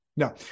No